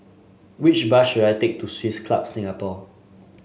which bus should I take to Swiss Club Singapore